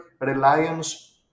reliance